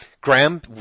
Graham